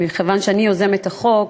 מכיוון שאני יוזמת החוק,